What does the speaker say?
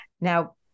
Now